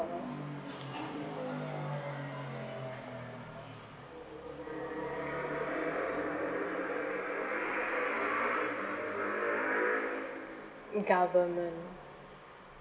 lor government